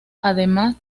además